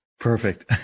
Perfect